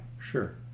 Sure